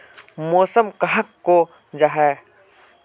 मौसम कहाक को जाहा?